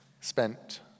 spent